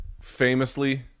famously